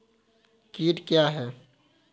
कीट क्या है?